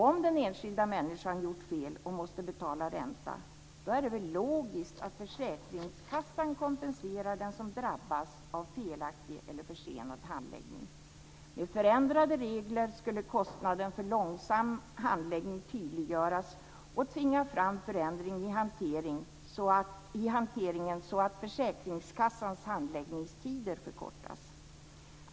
Om den enskilda människan gjort fel och måste betala ränta är det väl logiskt att försäkringskassan kompenserar den som drabbas av felaktig eller försenad handläggning. Med förändrade regler skulle kostnaden för långsam handläggning tydliggöras och tvinga fram förändring i hanteringen så att försäkringskassans handläggningstider förkortades.